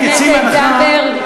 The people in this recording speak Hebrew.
חברת הכנסת זנדברג,